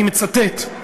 אני מצטט,